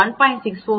இது 1